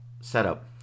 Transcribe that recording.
setup